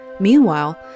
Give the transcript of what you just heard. Meanwhile